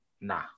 Nah